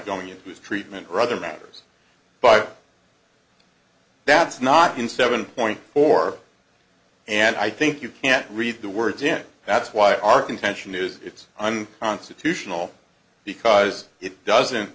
going into his treatment or other matters but that's not in seven point four and i think you can't read the words in that's why our intention is it's unconstitutional because it doesn't